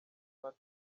smart